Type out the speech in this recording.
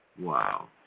Wow